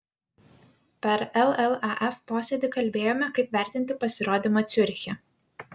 per llaf posėdį kalbėjome kaip vertinti pasirodymą ciuriche